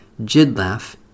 Jidlaf